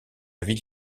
ville